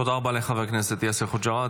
תודה רבה לחבר הכנסת יאסר חוג'יראת.